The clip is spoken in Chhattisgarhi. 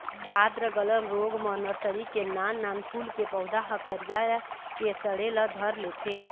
आद्र गलन रोग म नरसरी के नान नान फूल के पउधा ह करिया के सड़े ल धर लेथे